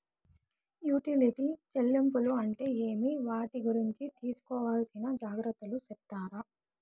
Utility చెల్లింపులు అంటే ఏమి? వాటి గురించి తీసుకోవాల్సిన జాగ్రత్తలు సెప్తారా?